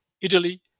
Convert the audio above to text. Italy